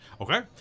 Okay